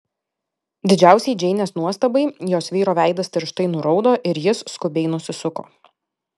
didžiausiai džeinės nuostabai jos vyro veidas tirštai nuraudo ir jis skubiai nusisuko